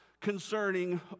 concerning